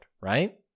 right